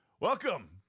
Welcome